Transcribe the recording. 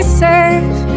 safe